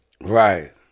Right